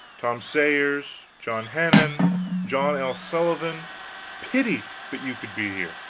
tom sayers john heenan john l. sullivan pity but you could be here.